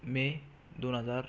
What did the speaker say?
मे दोन हजार